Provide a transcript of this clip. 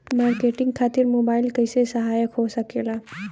Marketing खातिर mobile कइसे सहायक हो सकेला?